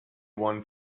won